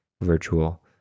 virtual